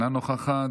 אינה נוכחת,